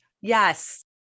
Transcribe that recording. Yes